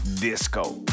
Disco